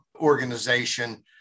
organization